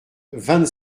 vingt